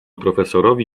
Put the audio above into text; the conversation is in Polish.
profesorowi